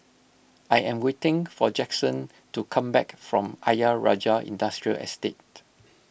I am waiting for Jaxon to come back from Ayer Rajah Industrial Estate